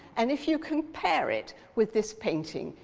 and if you compare it with this painting,